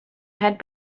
had